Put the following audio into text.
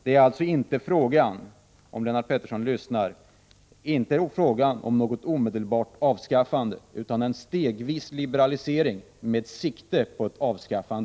Om Lennart Pettersson lyssnar, så finner han att det alltså inte är fråga om något omedelbart avskaffande av valutaregleringen utan om en stegvis liberalisering med sikte på ett avskaffande.